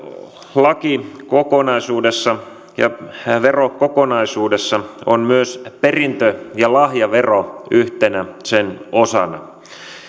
lakikokonaisuudessa ja verokokonaisuudessa on myös perintö ja lahjavero yhtenä sen osana